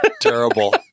Terrible